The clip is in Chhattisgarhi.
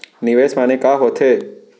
निवेश माने का होथे?